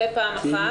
זה פעם אחת.